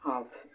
of ಸ